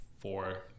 four